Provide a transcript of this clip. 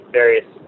various